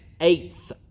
eighth